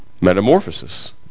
metamorphosis